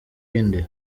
iyindi